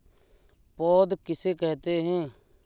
पौध किसे कहते हैं?